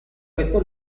questo